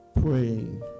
praying